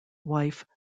wife